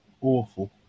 awful